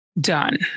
done